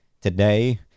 today